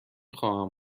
خواهم